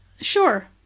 Sure